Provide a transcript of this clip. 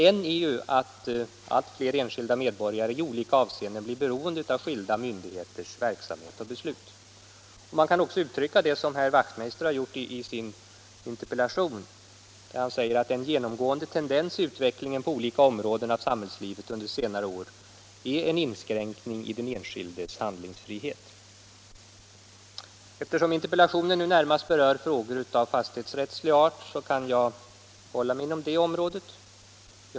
En är att allt Aer enskilda medborgare i olika avseenden blir beroende av skilda myndigheters verksamhet och beslut. Man kan också uttrycka det på sätt som herr Wachtmeister har gjort i sin interpellation: ”En genomgående tendens i utvecklingen på olika områden av samhällslivet under senare år är en inskränkning i den enskildes handlingsfrihet.” Eftersom interpellationen närmast berör frågor av fastighetsrättslig art kan jag hålla mig inom det området.